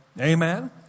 Amen